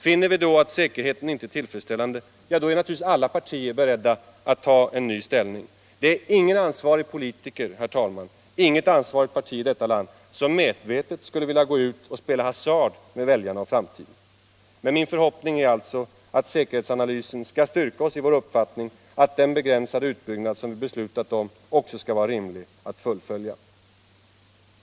Finner vi då att säkerheten inte är tillfredsställande, är naturligtvis alla partier beredda att ompröva sin inställning. Det är ingen ansvarig politiker, inget ansvarigt parti här i landet som medvetet vill gå ut och spela hasard med väljarna och framtiden. Men min förhoppning är alltså att säkerhetsanalysen skall styrka oss i vår uppfattning att det är rimligt att fullfölja den begränsade utbyggnad som beslutats.